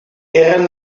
eran